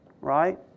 right